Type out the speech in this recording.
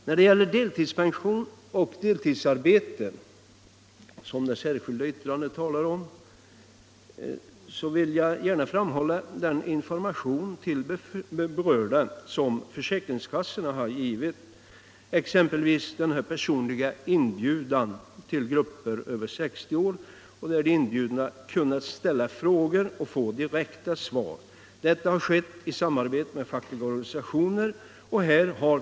När det gäller delpension och deltidsarbete, som det särskilda yttrandet 2 handlar om, vill jag gärna framhålla den information som försäkringskassorna har givit de berörda, exempelvis en personlig inbjudan till personer över 60 år. De inbjudna kunde där ställa frågor på vilka de fick direkta svar. Detta har skett i samarbete med fackliga organisationer.